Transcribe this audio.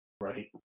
Right